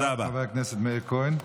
תודה רבה לחבר הכנסת מאיר כהן.